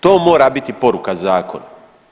To mora biti poruka zakona.